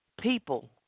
people